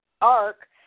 arc